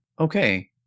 Okay